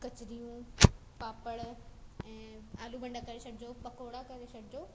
कचरियूं पापड़ ऐं आलू भंडा करे छॾिजो पकोड़ा करे छॾिजो